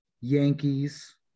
Yankees